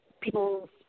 People